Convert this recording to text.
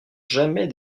jamais